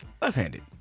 left-handed